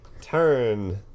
turn